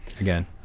Again